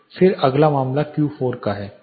फिर अगला मामला Q 4 का है